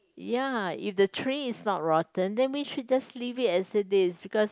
ya if the tree is not rotten then we should just leave it as it is because